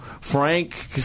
Frank